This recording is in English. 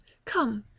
come,